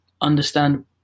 understand